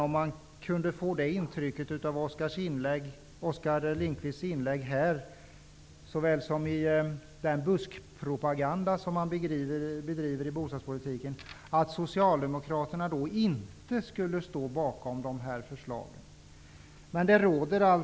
Man kan av Oskar Lindkvists inlägg såväl som av den buskpropaganda Socialdemokraterna bedriver i bostadspolitiken få intrycket att de inte skulle stå bakom förslagen. Det är intressant.